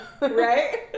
Right